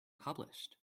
published